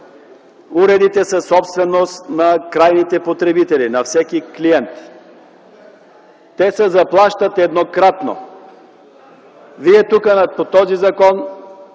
Уредите са собственост на крайните потребители, на всеки клиент. Те се заплащат еднократно. Вие тук с този закон